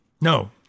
No